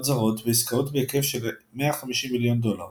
זרות בעיסקאות בהיקף של 150 מיליון דולר.